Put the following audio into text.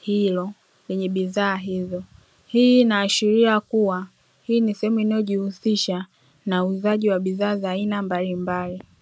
hilo lenye bidhaa hizo. Hii inaashiria kua hii ni sehemu inayo jihusisha na uuzaji wa bidhaa za aina mbalimbali.